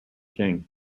king